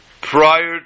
prior